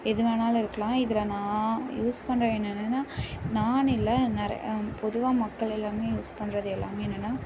எது வேணுணாலும் இருக்கலாம் இதில் நான் யூஸ் பண்ணுறது என்னென்னன்னா நான் இல்லை நெறை பொதுவாக மக்கள் எல்லாரும் யூஸ் பண்ணுறது எல்லாமே என்னென்னா